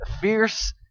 fierce